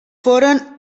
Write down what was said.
foren